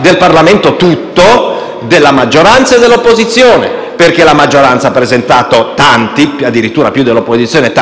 del Parlamento tutto, della maggioranza e dell'opposizione, perché la maggioranza ha presentato tanti emendamenti, addirittura più dell'opposizione,